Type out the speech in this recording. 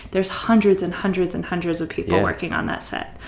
there's hundreds and hundreds and hundreds of people working on that set.